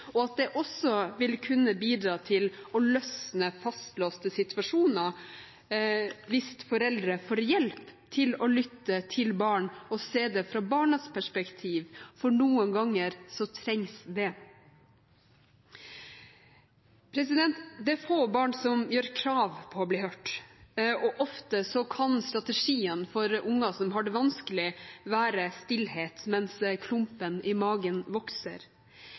og at det også vil kunne bidra til å løsne fastlåste situasjoner hvis foreldre får hjelp til å lytte til barn og se det fra barnas perspektiv, for noen ganger trengs det. Det er få barn som gjør krav på å bli hørt, og ofte kan strategien for barn som har det vanskelig, være stillhet – mens klumpen i magen vokser.